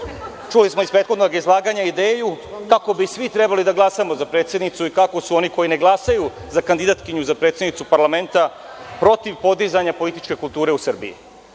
to. Čuli smo iz prethodnog izlaganja ideju kako bi svi trebali da glasamo za predsednicu i kako su oni koji ne glasaju za kandidatkinju za predsednicu parlamenta protiv podizanja političke kulture u Srbiji.